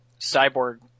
Cyborg